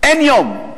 אין יום.